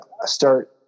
start